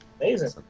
amazing